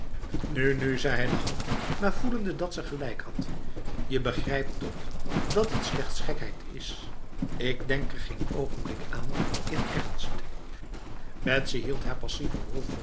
nu zei hij lachend maar voelende dat ze gelijk had je begrijpt toch dat het slechts gekheid is ik denk er geen ogenblik aan in ernst betsy hield haar passieve rol